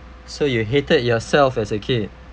so you hated yourself as a kid